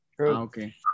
Okay